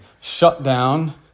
shutdown